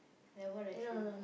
like what I should